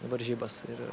varžybas ir